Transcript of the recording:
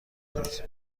کنید